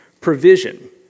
provision